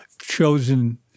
chosen